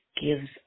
gives